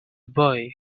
boy